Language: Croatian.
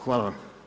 Hvala.